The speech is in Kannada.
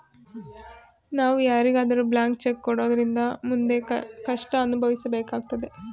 ನಾವು ಯಾರಿಗಾದರೂ ಬ್ಲಾಂಕ್ ಚೆಕ್ ಕೊಡೋದ್ರಿಂದ ಮುಂದೆ ಕಷ್ಟ ಅನುಭವಿಸಬೇಕಾಗುತ್ತದೆ